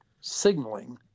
signaling